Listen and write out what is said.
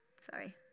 Sorry